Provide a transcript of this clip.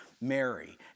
Mary